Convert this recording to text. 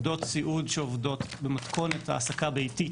עבודה ומנוחה לא חל על עובדות סיעוד שעובדות במתכונת העסקה ביתית.